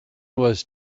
was